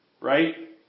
Right